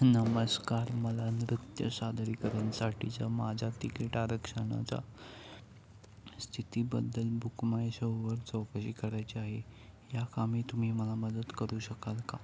नमस्कार मला नृत्य सादरीकरणासाठीच्या माझ्या तिकीट आरक्षणाचा स्थितीबद्दल बुकमायशोवर चौकशी करायची आहे या कामी तुम्ही मला मदत करू शकाल का